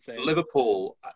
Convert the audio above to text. Liverpool